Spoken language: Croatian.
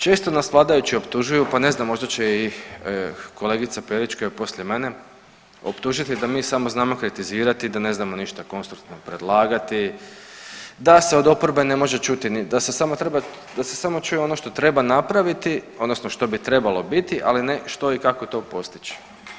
Često nas vladajući optužuju pa ne znam, možda će i kolegica Peović koja je poslije mene optužiti da mi samo znamo kritizirati i da ne znamo ništa konstruktivno predlagati, da se od oporbe ne može čuti, da se samo treba čuti ono što treba napraviti, odnosno što bi trebalo biti, ali ne i što i kako to postići.